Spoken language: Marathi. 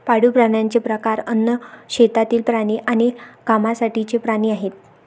पाळीव प्राण्यांचे प्रकार अन्न, शेतातील प्राणी आणि कामासाठीचे प्राणी आहेत